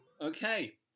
Okay